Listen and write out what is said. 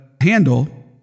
Handle